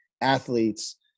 athletes